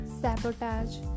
sabotage